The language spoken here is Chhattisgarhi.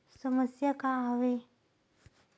समस्या का आवे?